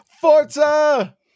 Forza